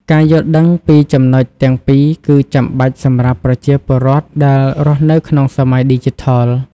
ការយល់ដឹងពីចំណុចទាំងពីរគឺចាំបាច់សម្រាប់ប្រជាពលរដ្ឋដែលរស់នៅក្នុងសម័យឌីជីថល។